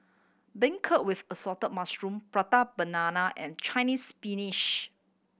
beancurd with assorted mushroom Prata Banana and Chinese